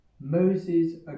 Moses